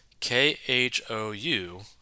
KHOU